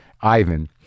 Ivan